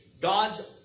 God's